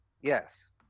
Yes